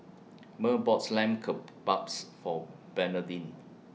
Murl bought Lamb Kebabs For Bernardine